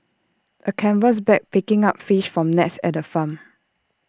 A canvas bag picking up fish from nets at the farm